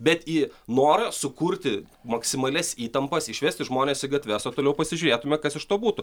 bet į norą sukurti maksimalias įtampas išvesti žmones į gatves o toliau pasižiūrėtume kas iš to būtų